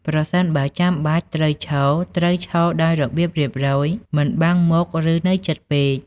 ប្រសិនបើចាំបាច់ត្រូវឈរ ត្រូវឈរដោយរបៀបរៀបរយ មិនបាំងមុខ ឬនៅជិតពេក។